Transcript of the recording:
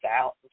out